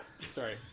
Sorry